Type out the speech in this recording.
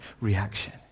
reaction